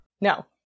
No